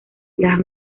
las